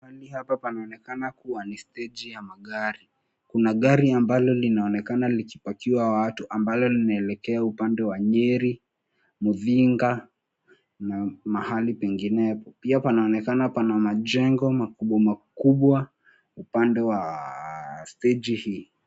Hapa panaonekana kam ni steji ya magari kuna gari ambalo linaonekana likipakiwa watu ambalo linaelekea upande wa Nyeri, Muthinga, na mahali pengine pia panaonekana pana majengo makubwa makubwa upande wa stegi hii.